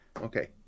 okay